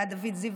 ועד דוד זיו,